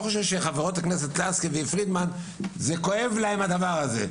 חושב שחברות הכנסת לסקי ופרידמן זה כואב להן הדבר הזה.